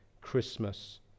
Christmas